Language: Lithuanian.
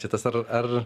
čia tas ar ar